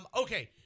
okay